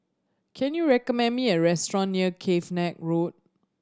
can you recommend me a restaurant near Cavenagh Road